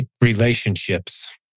Relationships